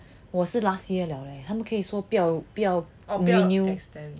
我是 last year liao leh 他们可以说不要不要 renew